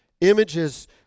Images